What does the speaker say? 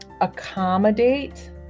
accommodate